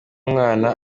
umwana